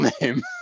name